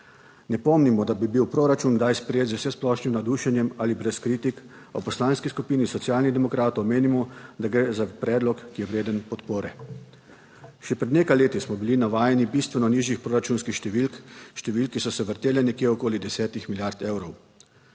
Ne pomnimo, da bi bil proračun kdaj sprejet z vsesplošnim navdušenjem ali brez kritik, a v Poslanski skupini Socialnih demokratov menimo, da gre za predlog, ki je vreden podpore. Še pred nekaj leti smo bili navajeni bistveno nižjih proračunskih številk, številke so se vrtele nekje okoli desetih milijard evrov.